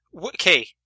Okay